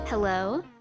Hello